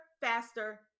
faster